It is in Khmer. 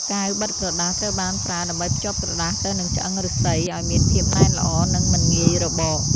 កាវបិទក្រដាស ត្រូវបានប្រើដើម្បីភ្ជាប់ក្រដាសទៅនឹងឆ្អឹងឫស្សីឱ្យមានភាពណែនល្អ និងមិនងាយរបក។